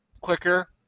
quicker